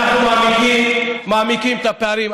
אנחנו מעמיקים את הפערים.